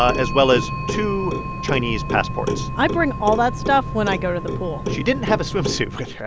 ah as well as two chinese passports i bring all that stuff when i go to the pool she didn't have a swimsuit swimsuit with her,